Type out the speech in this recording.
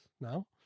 now